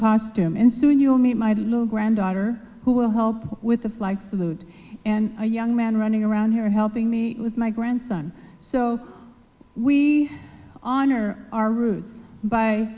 costume in soon you'll meet my little granddaughter who will help with the flag salute and a young man running around here helping me with my grandson so we honor our roots by